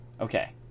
Okay